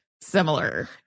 similar